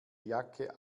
jacke